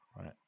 right